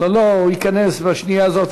לא, הוא ייכנס בשנייה הזאת.